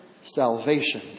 Salvation